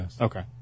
Okay